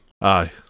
Aye